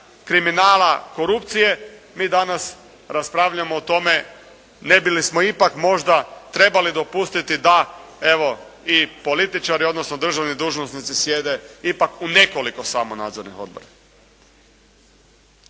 kriminala, korupcije, mi danas raspravljamo o tome ne bismo li ipak možda trebali dopustiti da, evo i političari, odnosno državni dužnosnici sjede ipak u nekoliko samo nadzornih odbora.